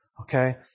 Okay